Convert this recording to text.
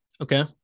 Okay